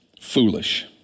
foolish